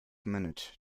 minute